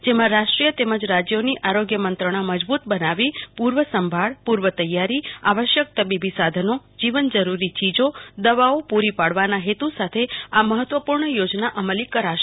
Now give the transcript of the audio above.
જેમાં રાષ્ટ્રીય તેમજ રાજ્યોની આરોગ્ય મંત્રણા મજબુત બનાવી પૂર્વ સંભાળ પૂર્વ તૈયારી આવશ્યક તબીબી સાધનો જીવન જરૂરી યીજો દવાઓ પૂરી પડવાના હેતુ સાથે આ મહત્વપૂર્ણ યોજના મળી કરાશે